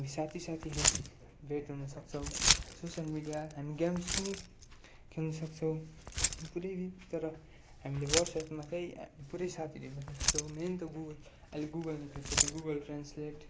हामी साथीसाथीहरू भेट हुनुसक्छौँ सोसियल मिडिया हामी गेम्स पनि खेल्नुसक्छौँ पुरै तर हामीले वाट्सएपमा चाहिँ आ पुरै साथीहरू भेट्न सक्छौँ मेन त गुगल अहिले गुगल निक्लिएको छ त्यो गुगल ट्रान्सलेट